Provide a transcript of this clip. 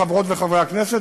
חברות וחברי הכנסת,